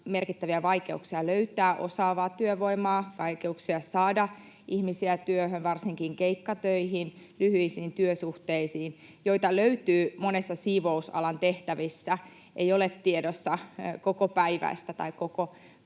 merkittäviä vaikeuksia löytää osaavaa työvoimaa, vaikeuksia saada ihmisiä työhön, varsinkin keikkatöihin, lyhyisiin työsuhteisiin, joita löytyy monissa siivousalan tehtävissä. Ei ole tiedossa kokopäiväistä tai